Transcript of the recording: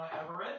Everett